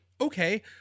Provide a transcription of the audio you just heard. Okay